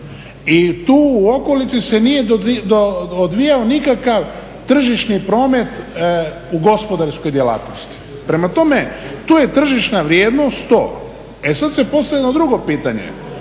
i tu u okolici se nije odvijao nikakav tržišni promet u gospodarskoj djelatnosti. Prema tome, tu je tržišna vrijednost to. E sad se postavlja jedno drugo pitanje.